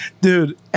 Dude